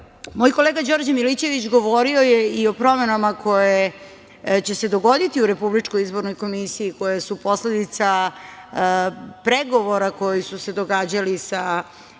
kolega Đorđe Milićević govorio je i o promenama koje će se dogoditi u Republičkoj izbornoj komisiji, koje su posledica pregovora koji su se događali